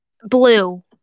Blue